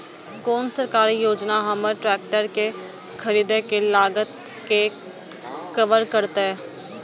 कोन सरकारी योजना हमर ट्रेकटर के खरीदय के लागत के कवर करतय?